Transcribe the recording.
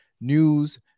news